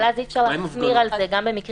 אבל אז אי-אפשר להחמיר על זה גם במקרים